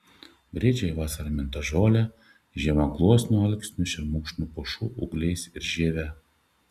briedžiai vasarą minta žole žiemą gluosnių alksnių šermukšnių pušų ūgliais ir žieve